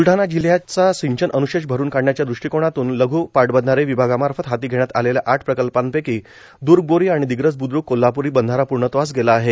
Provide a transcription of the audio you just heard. ब्लढाणा जिल्ह्याचा सिंचन अन्शेष भरून काढण्याच्या ृष्टीकोणातून लघ् पाटबंधारे विभागामार्फत हाती घेण्यात आलेल्या आठ प्रकल्पांपैकी दुर्गबोरी आणि दिग्रस बुद्रूक कोल्हापूरी बंधारा पूर्णत्वास गेला आहे